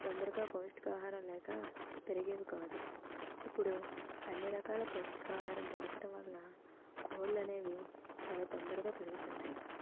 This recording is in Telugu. తొందరగా పౌష్టికాహారం లేక పెరిగేవికాదు ఇప్పుడు అన్నిరకాల పౌష్టికాహారం దొరకటంవల్ల కోళ్ళుఅనేవి చాలా తొందరగా పెరుగుతున్నాయి